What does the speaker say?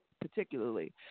particularly